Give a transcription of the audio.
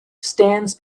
stands